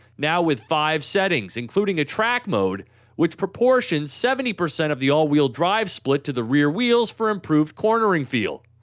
now with five settings including a track mode which proportions seventy percent of the all-wheel drive split to the rear wheels for improved cornering feel,